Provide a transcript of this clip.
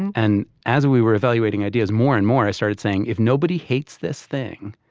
and and as we were evaluating ideas more and more, i started saying, if nobody hates this thing,